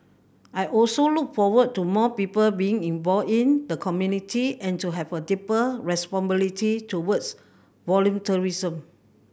I also look forward to more people being involved in the community and to have a deeper responsibility towards volunteerism